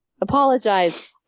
Apologize